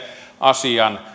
asian